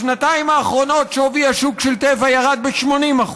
בשנתיים האחרונות שווי השוק של טבע ירד ב-80%,